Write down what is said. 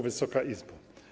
Wysoka Izbo!